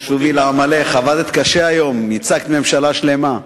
שובי לעמלך, עבדת קשה היום, ייצגת ממשלה שלמה.